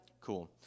Cool